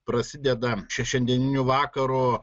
prasideda čia šiandieniniu vakaru